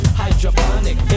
hydroponic